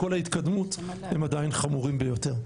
עם כל ההתקדמות, הם עדיין חמורים ביותר.